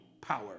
power